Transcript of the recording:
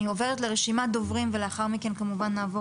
אני עוברת לרשימת דוברים ולאחר מכן כמובן נעבור